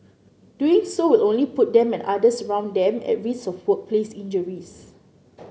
doing so will only put them and others around them at risk of workplace injuries